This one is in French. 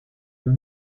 nous